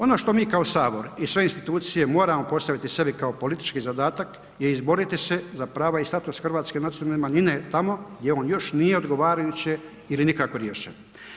Ono što mi kao Sabor i sve institucije moramo postaviti sebi kao politički zadatak je izboriti se za prava i status hrvatske nacionalne manjine tamo jer on još nije odgovarajuće ili nikako riješen.